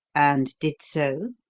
and did so?